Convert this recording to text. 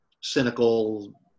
cynical